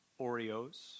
oreos